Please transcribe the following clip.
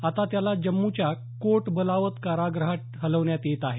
आता त्याला जम्मूच्या कोट बलावल काराग्रहात हलवण्यात येत आहे